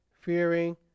fearing